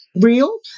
real